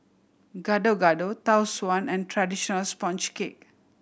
Gado Gado Tau Suan and traditional sponge cake